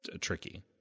tricky